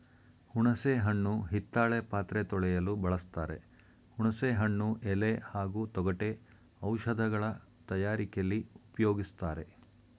ಹುಣಸೆ ಹಣ್ಣು ಹಿತ್ತಾಳೆ ಪಾತ್ರೆ ತೊಳೆಯಲು ಬಳಸ್ತಾರೆ ಹುಣಸೆ ಹಣ್ಣು ಎಲೆ ಹಾಗೂ ತೊಗಟೆ ಔಷಧಗಳ ತಯಾರಿಕೆಲಿ ಉಪ್ಯೋಗಿಸ್ತಾರೆ